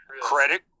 Credit